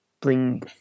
bring